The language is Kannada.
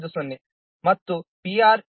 50 ಮತ್ತು PREX ನಾಮಿನಲ್ 1